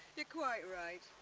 you're quite right.